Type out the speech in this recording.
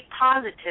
positive